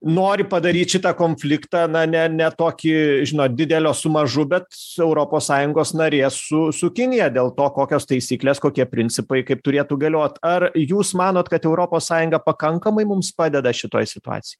nori padaryt šitą konfliktą na ne ne tokį žinot didelio su mažu bet europos sąjungos narė su su kinija dėl to kokios taisyklės kokie principai kaip turėtų galiot ar jūs manot kad europos sąjunga pakankamai mums padeda šitoj situacijoj